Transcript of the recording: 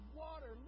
water